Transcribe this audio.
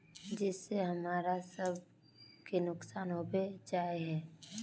जिस से हमरा सब के नुकसान होबे जाय है?